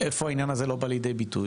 איפה העניין הזה לא בא לידי ביטוי,